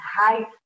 high